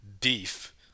beef